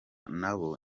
nabo